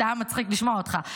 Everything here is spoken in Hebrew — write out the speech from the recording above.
זה היה מצחיק לשמוע אותך,